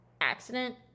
accident